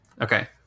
Okay